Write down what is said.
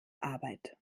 arbeit